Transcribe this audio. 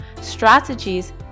strategies